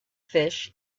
fish